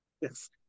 Yes